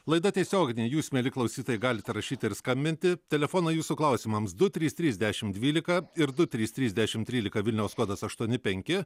laida tiesioginė jūs mieli klausytojai galite rašyti ir skambinti telefonai jūsų klausimams du trys trys dešimt dvylika ir du trys trys dešimt trylika vilniaus kodas aštuoni penki